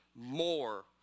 more